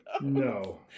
No